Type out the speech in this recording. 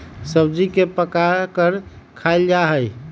सब्जी के पकाकर खायल जा हई